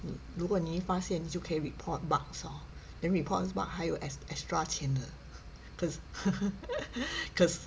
你如果你一发现你就可以 report bugs hor then report bugs 可以有 extra 钱的 可 可